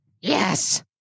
Yes